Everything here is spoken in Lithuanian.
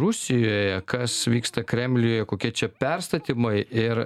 rusijoje kas vyksta kremliuje kokie čia perstatymai ir